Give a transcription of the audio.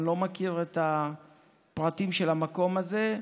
אני לא מכיר את הפרטים של המקום הזה.